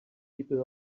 people